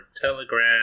Telegram